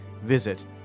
Visit